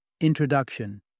Introduction